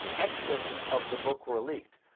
excerpts of the book were leaked.